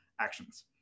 actions